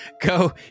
go